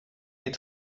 gilt